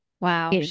Wow